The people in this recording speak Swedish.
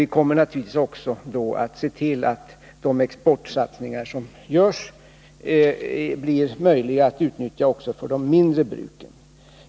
Vi kommer då naturligtvis också att se till att de exportsatsningar som görs blir möjliga att utnyttja även av de mindre bruken.